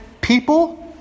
people